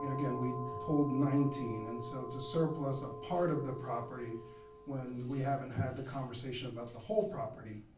again, we pulled nineteen and so to surplus a part of the property when we haven't had the conversation about the whole property